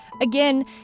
Again